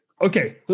Okay